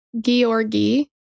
Georgi